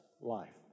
life